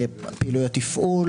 פעילויות תפעול